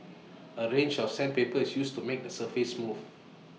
A range of sandpaper is used to make the surface smooth